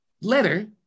letter